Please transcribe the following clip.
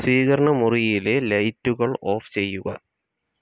സ്വീകരണ മുറിയിലെ ലൈറ്റുകൾ ഓഫ് ചെയ്യുക